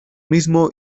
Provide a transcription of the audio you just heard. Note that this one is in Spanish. mismo